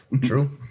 True